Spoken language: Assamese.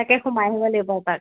তাকে সোমাই আহিব লাগিব এপাক